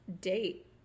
date